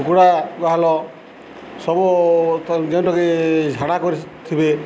କୁକୁଡ଼ା ଗୁହାଲ ସବୁ ଯେଉଁଟାକି ଝାଡ଼ା କରିଥିବେ